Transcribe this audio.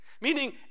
meaning